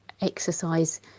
exercise